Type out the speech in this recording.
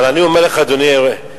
אבל אני אומר לך, אדוני היושב-ראש,